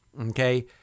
okay